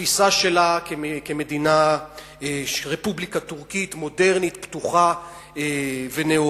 התפיסה שלה כמדינה רפובליקה טורקית מודרנית פתוחה ונאורה.